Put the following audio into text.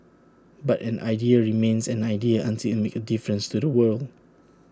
but an idea remains an idea until IT makes A difference to the world